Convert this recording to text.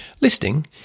Listing